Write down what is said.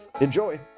Enjoy